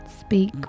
Speak